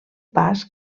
pas